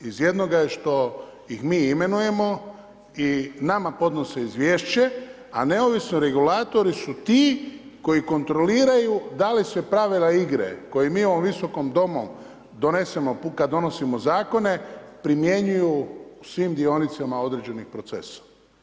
Iz jednoga je što ih mi imenujemo i nama podnose izvješće a neovisni regulatori su ti koji kontroliraju da li se pravila igre koje mi u ovom Visokom domu donesemo kada donosimo zakone primjenjuju u svim dionicama određenih procesa.